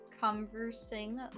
conversing